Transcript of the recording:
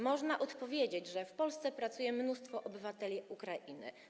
Można odpowiedzieć, że w Polsce pracuje mnóstwo obywateli Ukrainy.